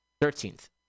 Thirteenth